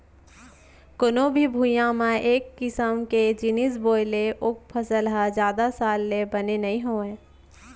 कोनो भी भुइंया म एक किसम के जिनिस बोए ले ओ फसल ह जादा साल ले बने नइ होवय